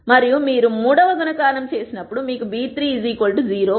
మరియు మీరు మూడవ గుణకారం చేసినప్పుడు మీకు b3 0 వస్తుంది